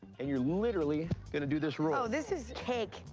and you're literally gonna do this roll. oh, this is cake.